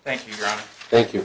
thank you thank you